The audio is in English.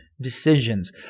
decisions